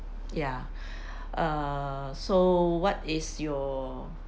ya err so what is your